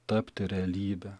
tapti realybe